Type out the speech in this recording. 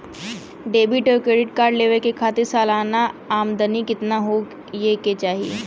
Debit और credit card लेवे के खातिर सलाना आमदनी कितना हो ये के चाही?